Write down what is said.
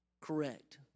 correct